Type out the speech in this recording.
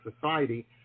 society